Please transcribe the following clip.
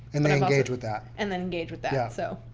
and then engage with that. and then engage with that. yeah, so